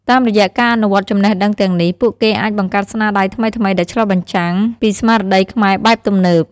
តាមរយៈការអនុវត្តចំណេះដឹងទាំងនេះ ពួកគេអាចបង្កើតស្នាដៃថ្មីៗដែលឆ្លុះបញ្ចាំងពីស្មារតីខ្មែរបែបទំនើប។